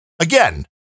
Again